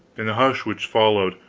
in the hush which followed,